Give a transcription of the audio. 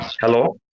Hello